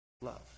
love